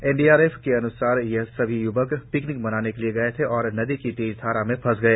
N D R F के अन्सार यह सभी युवक पिकनिक मनाने के लिए गए थे और नदी की तेज धारा में फंसे गए